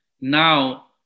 Now